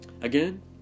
again